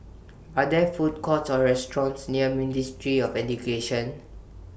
Are There Food Courts Or restaurants near Ministry of Education